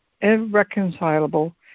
irreconcilable